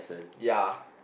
ya